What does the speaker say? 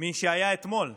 משהיה אתמול.